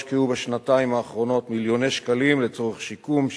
הושקעו בשנתיים האחרונות מיליוני שקלים לצורך שיקום,